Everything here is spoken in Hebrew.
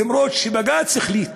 למרות שבג"ץ החליט.